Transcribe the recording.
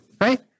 Right